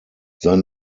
sein